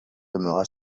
demeura